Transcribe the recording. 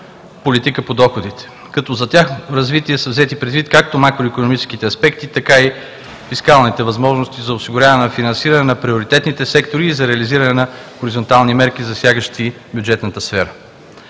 политика по доходите, като за тяхното развитие са взети предвид както макроикономическите аспекти, така и фискалните възможности за осигуряване на финансиране на приоритетните сектори и за реализиране на хоризонтални мерки, засягащи бюджетната сфера.